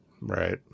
right